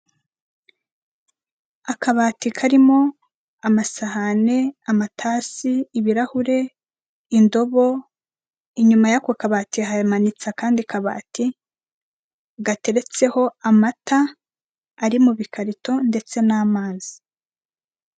Akabati karimo amasahani, amatasi, ibirahure, indobo, inyuma y'ako kabati hamanitse akandi kabati gateretseho amata ari mu bikarito ndetse n'amazi.